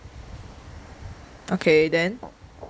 okay then